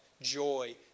joy